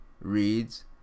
reads